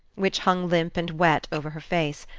which hung limp and wet over her face,